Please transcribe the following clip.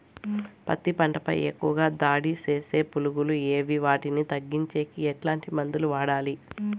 పత్తి పంట పై ఎక్కువగా దాడి సేసే పులుగులు ఏవి వాటిని తగ్గించేకి ఎట్లాంటి మందులు వాడాలి?